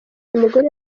umugore